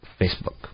Facebook